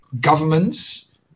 governments